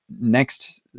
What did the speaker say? Next